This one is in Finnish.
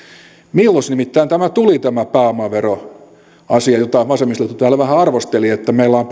milloin nimittäin tuli tämä pääomaveroasia jota vasemmistoliitto täällä vähän arvosteli että meillä on